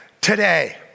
today